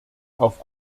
auf